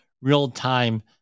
real-time